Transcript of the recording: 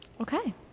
Okay